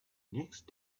next